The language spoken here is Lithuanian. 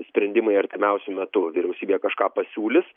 sprendimai artimiausiu metu vyriausybė kažką pasiūlys